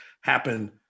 happen